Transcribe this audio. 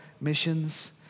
missions